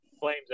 flames